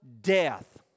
death